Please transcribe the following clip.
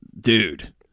dude